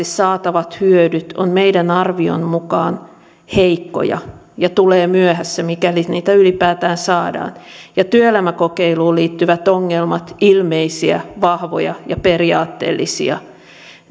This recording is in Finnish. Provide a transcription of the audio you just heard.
saatavat hyödyt ovat meidän arviomme mukaan heikkoja ja tulevat myöhässä mikäli niitä ylipäätään saadaan ja työelämäkokeiluun liittyvät ongelmat ovat ilmeisiä vahvoja ja periaatteellisia